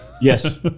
Yes